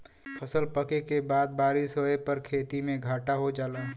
फसल पके के बाद बारिस होए पर खेती में घाटा हो जाला